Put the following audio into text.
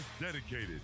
dedicated